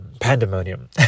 Pandemonium